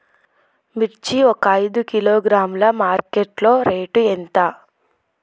మిర్చి ఒక ఐదు కిలోగ్రాముల మార్కెట్ లో రేటు ఎంత?